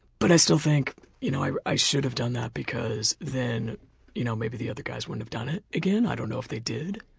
but i still think you know i i should have done that because then you know maybe the other guys wouldn't have done it again. i don't know if they did